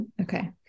okay